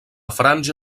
franja